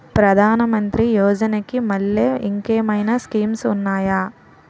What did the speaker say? ప్రధాన మంత్రి యోజన కి మల్లె ఇంకేమైనా స్కీమ్స్ ఉన్నాయా?